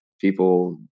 people